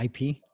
IP